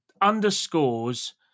underscores